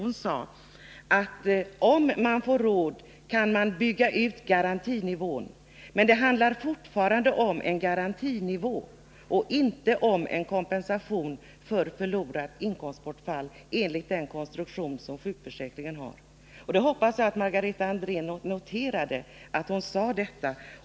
Hon sade att om man får råd kan man bygga ut garantinivån, men det handlar fortfarande om en garantinivå och inte om en kompensation för inkomstbortfall enligt den konstruktion som sjukförsäkringen har. Jag hoppas att Margareta Andrén noterade att hon sade detta.